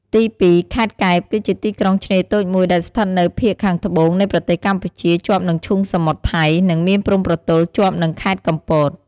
ទីពីរ ខេត្តកែប គឺជាទីក្រុងឆ្នេរតូចមួយដែលស្ថិតនៅភាគខាងត្បូងនៃប្រទេសកម្ពុជា ជាប់នឹងឈូងសមុទ្រថៃ និងមានព្រំប្រទល់ជាប់នឹងខេត្តកំពត។